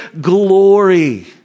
glory